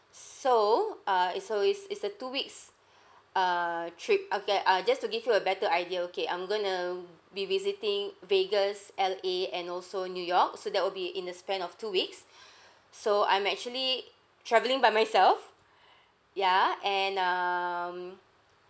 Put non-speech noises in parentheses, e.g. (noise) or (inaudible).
so uh it's a wis~ it's a two weeks (breath) err trip okay uh just to give you a better idea okay I'm going to be visiting vegas L_A and also new york so that will be in the span of two weeks (breath) so I'm actually travelling by myself (breath) ya and um